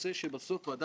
מסקנות אישיות.